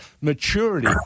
maturity